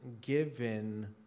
given